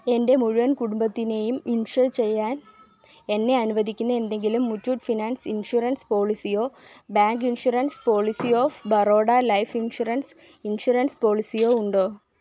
എന്റെ മുഴുവൻ കുടുംബത്തിനേയും ഇൻഷുർ ചെയ്യാൻ എന്നെ അനുവദിക്കുന്ന എന്തെങ്കിലും മുത്തൂറ്റ് ഫിനാൻസ് ഇൻഷുറൻസ് പോളിസിയോ bank insurance policy of Baroda life insurance insurance പോളിസിയോ ഉണ്ടോ